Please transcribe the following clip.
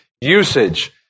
usage